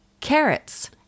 carrots